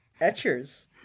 etchers